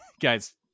Guys